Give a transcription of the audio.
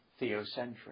theocentric